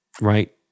right